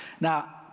Now